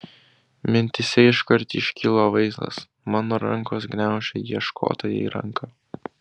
mintyse iškart iškilo vaizdas mano rankos gniaužia ieškotojai ranką